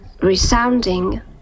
resounding